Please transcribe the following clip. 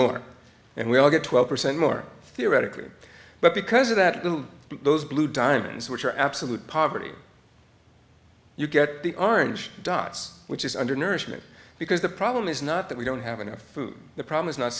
more and we'll get twelve percent more theoretically but because of that little those blue diamonds which are absolute poverty you get the orange dots which is undernourishment because the problem is not that we don't have enough food the problem is not